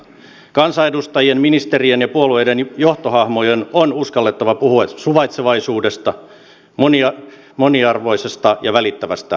kansanedustajien ministerien ja puolueiden johtohahmojen on uskallettava puhua suvaitsevaisuudesta moniarvoisesta ja välittävästä suomesta